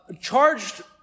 charged